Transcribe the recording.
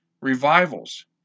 revivals